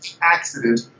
accident